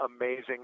amazing